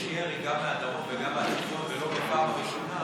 ירי גם מהדרום וגם מהצפון ולא בפעם הראשונה,